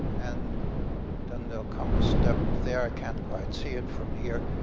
and then there'll come a step there, i can't quite see it from here,